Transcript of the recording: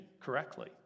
correctly